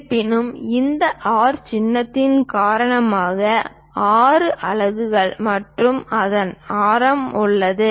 இருப்பினும் இந்த ஆர் சின்னத்தின் காரணமாக 6 அலகுகள் மற்றும் அதன் ஆரம் உள்ளது